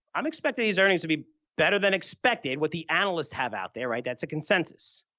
i'm expecting these earnings to be better than expected what the analysts have out there, right? that's a consensus,